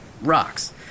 rocks